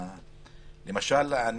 למשל,